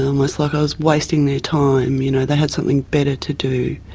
almost like i was wasting their time, you know they had something better to do,